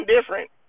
different